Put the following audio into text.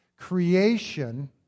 creation